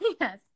yes